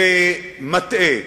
עיוור ומטעה.